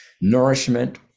nourishment